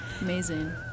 Amazing